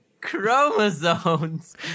Chromosomes